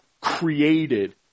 created